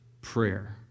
prayer